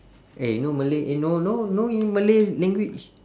eh no malay eh no no no in malay language